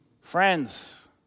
Friends